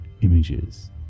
Images